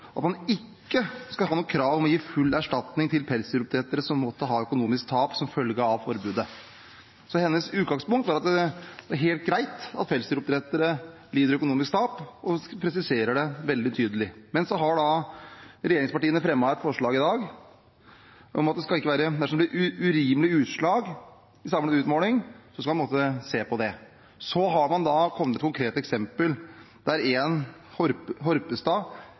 at man ikke skal ha «noe krav om å gi full erstatning til pelsdyroppdrettere som måtte ha økonomiske tap som følge av forbudet». Så hennes utgangspunkt var at det er helt greit at pelsdyroppdrettere lider økonomisk tap, og hun presiserer det veldig tydelig. Men så har regjeringspartiene fremmet et forslag i dag om at «dersom det blir urimelige utslag i samlet utmåling», skal en se på det. Så har man kommet med konkrete eksempler, der Horpestad taper 5 mill. kr. Er det et urimelig utslag? Det bør en